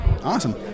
Awesome